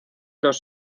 dos